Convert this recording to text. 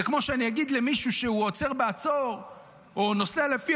זה כמו שאני אגיד למישהו שעוצר בעצור או נוסע לפי